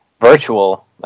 virtual